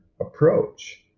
approach